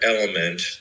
element